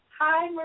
Hi